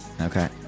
Okay